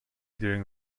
during